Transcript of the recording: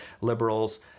liberals